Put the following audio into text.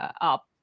up